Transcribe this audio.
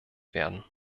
werden